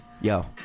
yo